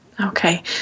Okay